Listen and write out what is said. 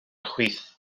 chwith